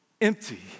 empty